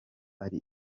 ari